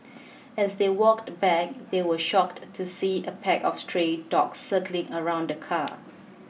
as they walked back they were shocked to see a pack of stray dogs circling around the car